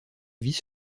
vice